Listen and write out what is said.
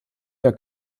der